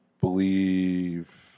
believe